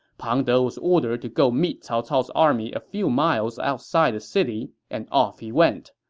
pang de was ordered to go meet cao cao's army a few miles outside the city, and off he went.